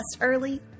early